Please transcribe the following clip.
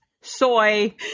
soy